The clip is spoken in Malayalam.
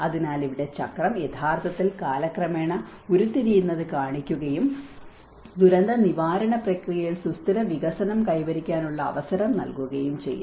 അതിനാൽ ഇവിടെ ചക്രം യഥാർത്ഥത്തിൽ കാലക്രമേണ ഉരുത്തിരിയുന്നത് കാണിക്കുകയും ദുരന്ത നിവാരണ പ്രക്രിയയിൽ സുസ്ഥിര വികസനം കൈവരിക്കാനുള്ള അവസരം നൽകുകയും ചെയ്യുന്നു